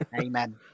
Amen